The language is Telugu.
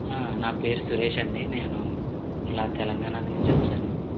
నా పేరు సురేష్ అండి నేను ఇలా తెలంగాణ నుంచి వచ్చాను